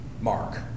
Mark